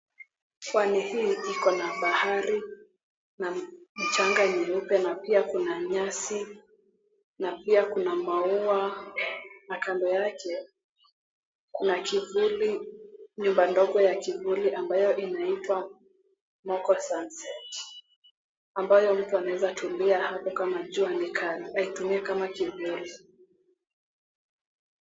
Pwani hii iko na bahari na mchanga nyeupe na pia kuna nyasi, kuna maua na kndo yake kuna nyumba ndogo ya kivuli ambayo inaitwa MOCO SUNSET ambayo watu waneza tumia kama jua ni kali na kuitumia kama kivuli.